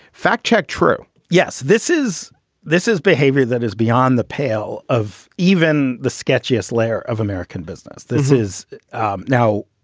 fact check. true yes. this is this is behavior that is beyond the pale of even the sketchiest layer of american business. this is um now.